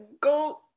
go